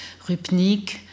Rupnik